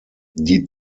die